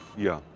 yeah.